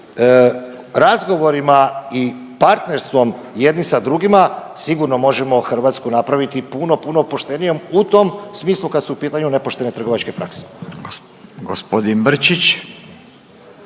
razgovorima i partnerstvom jedni sa drugima sigurno možemo Hrvatsku napraviti puno, puno poštenijom u tom smislu kada su u pitanju nepoštene trgovačke prakse.